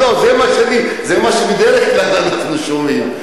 זה מה שבדרך כלל אנחנו שומעים.